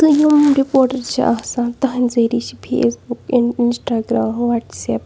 تہٕ یِم رِپوٹَر چھِ آسان تَہَنٛدِ ذٔریعہِ چھِ فیس بُک اِن اِنَسٹاگرٛام وَٹساٮ۪پ